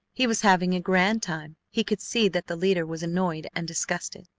he was having a grand time. he could see that the leader was annoyed and disgusted.